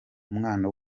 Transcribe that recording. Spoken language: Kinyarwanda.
umwana